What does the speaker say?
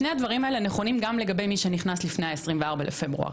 שני הדברים האלה נכונים גם לגבי מי שנכנס לפני ה-24 לפברואר.